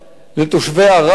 לתושבי ערד,